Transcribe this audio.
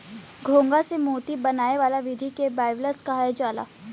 घोंघा से मोती बनाये जाए वाला विधि के बाइवाल्वज कहल जाला